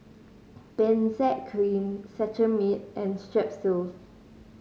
Benzac Cream Cetrimide and Strepsils